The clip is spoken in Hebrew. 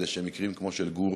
כדי שמקרים כמו של גור